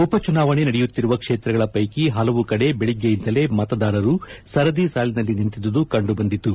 ಉಪಚುನಾಣೆ ನಡೆಯುತ್ತಿರುವ ಕ್ಷೇತ್ರಗಳ ವೈಕಿ ಪಲವು ಕಡೆಗಳಲ್ಲಿ ಬೆಳಗ್ಗೆಯಿಂದಲೇ ಮತದಾರರು ಸರದಿ ಸಾಲಿನಲ್ಲಿ ನಿಂತಿದ್ದುದು ಕಂಡುಬಂದಿತು